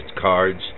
cards